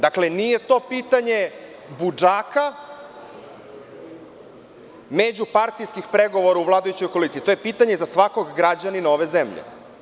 Dakle, nije to pitanje budžaka međupartijskih pregovora u vladajućoj koaliciji, to je pitanje za svakog građanina ove zemlje.